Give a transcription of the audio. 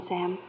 Sam